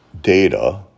data